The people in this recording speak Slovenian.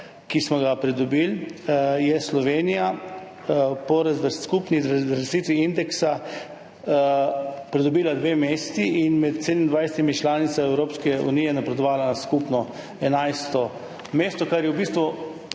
ki smo ga pridobili, je Slovenija po skupni razvrstitvi indeksa pridobila dve mesti in med 27 članicami Evropske unije napredovala na skupno 11 mesto, kar je v bistvu